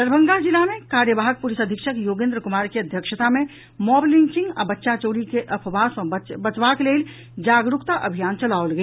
दरभंगा जिला मे कार्यवाहक पुलिस अधीक्षक योगेन्द्र कुमार के अध्यक्षता मे मॉब लिंचिंग आ बच्चा चोरी के अफवाह सँ बचबाक लेल जागरूकता अभियान चलाओल गेल